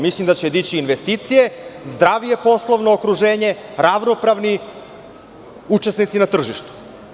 Mislim da će dići investicije, zdravije poslovno okruženje, ravnopravni učesnici na tržištu.